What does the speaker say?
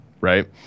right